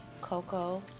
Coco